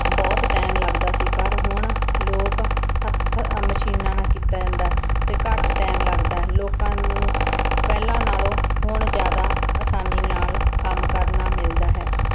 ਬਹੁਤ ਟੈਮ ਲੱਗਦਾ ਸੀ ਪਰ ਹੁਣ ਲੋਕ ਹੱਥ ਮਸ਼ੀਨਾਂ ਨਾਲ ਕੀਤਾ ਜਾਂਦਾ ਅਤੇ ਘੱਟ ਟਾਈਮ ਲੱਗਦਾ ਲੋਕਾਂ ਨੂੰ ਪਹਿਲਾਂ ਨਾਲੋਂ ਹੁਣ ਜ਼ਿਆਦਾ ਆਸਾਨੀ ਨਾਲ ਕੰਮ ਕਰਨਾ ਮਿਲਦਾ ਹੈ